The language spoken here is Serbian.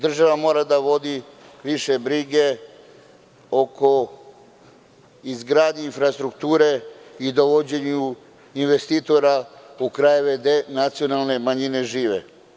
Takođe, država mora da vodi više brige oko izgradnje infrastrukture i dovođenja investitora u krajeve gde nacionalne manjine žive.